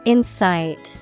Insight